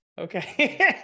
okay